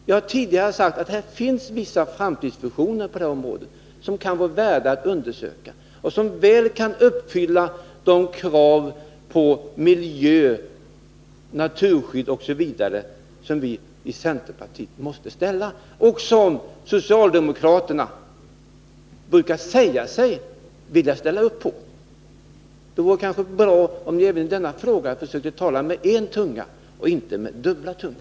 Jag har tidigare sagt att vissa framtidsvisioner på det här området kan vara värda att undersöka. De kan väl uppfylla de krav på miljö, naturskydd osv. som vi i centerpartiet alltid ställer och som också socialdemokraterna brukar säga sig vilja ställa upp på. Det vore bra om ni även i denna fråga ville undvika att tala med dubbel tunga.